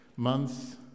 Months